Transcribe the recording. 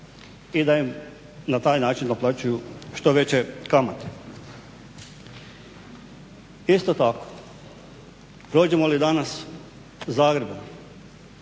i da im na taj način naplaćuju što veće kamate. Isto tako prođemo li danas Zagrebom